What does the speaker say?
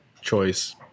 choice